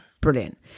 Brilliant